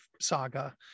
saga